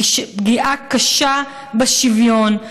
לפגיעה קשה בשוויון.